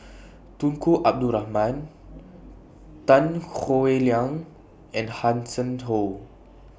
Tunku Abdul Rahman Tan Howe Liang and Hanson Ho